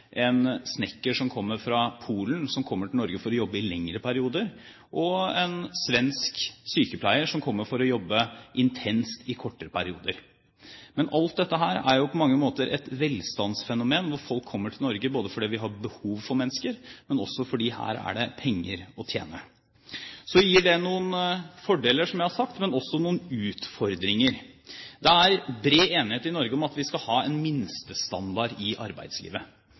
en snekker som kommer fra Polen, som kommer til Norge for å jobbe i lengre perioder, og en svensk sykepleier som kommer for å jobbe intenst i kortere perioder. Men alt dette er jo på mange måter et velstandsproblem: Folk kommer til Norge fordi vi har behov for mennesker, men også fordi det her er penger å tjene. Så gir det noen fordeler, som jeg har sagt, men også noen utfordringer. Det er bred enighet i Norge om at vi skal ha en minstestandard i arbeidslivet.